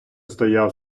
стояв